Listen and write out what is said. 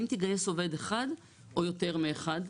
האם תגייס עובד אחד או יותר מאחד',